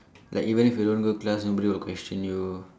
like even if you don't go class nobody will question you